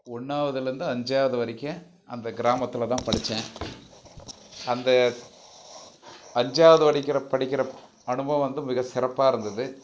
ஒன்னாவதுலேந்து அஞ்சாவது வரைக்கும் அந்த கிராமத்தில் தான் படித்தேன் அந்த அஞ்சாவது வடிக்கிற படிக்கின்ற அனுபவம் வந்து மிக சிறப்பாக இருந்தது